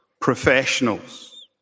professionals